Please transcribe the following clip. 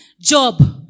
Job